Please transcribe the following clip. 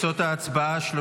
הנושא הבא על סדר-היום: הצעת